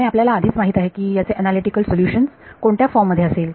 आणि आपल्याला आधीच माहित आहे की याचे अनलिटिकल सोल्युशन्स कोणत्या फॉर्ममध्ये असेल